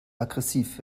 aggressiv